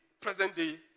present-day